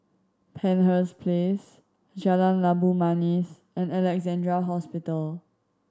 Penshurst Place Jalan Labu Manis and Alexandra Hospital